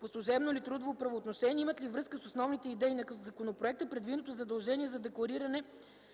по служебно или трудово правоотношение имат ли връзка с основните идеи на законопроекта; предвиденото задължение за деклариране